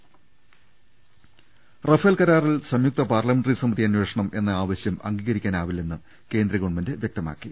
ൾ ൽ ൾ റഫേൽ കരാറിൽ സംയുക്ത പാർലമെന്ററി സമിതി അന്വേഷണം എന്ന ആവശ്യം അംഗീകരിക്കാനാവില്ലെന്ന് കേന്ദ്ര ഗവൺമെന്റ് വ്യക്ത മാക്കി